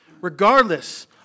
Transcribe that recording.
regardless